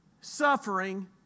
Suffering